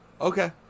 Okay